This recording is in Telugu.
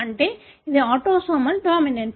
అంటే ఇది ఆటోసోమల్ డామినెంట్